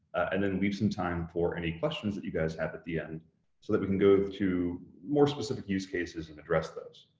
and then leave some time for any questions that you guys have at the end, so that we can go to more specific use cases and address those.